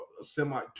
semi